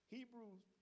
Hebrews